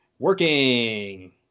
working